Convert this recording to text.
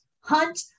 Hunt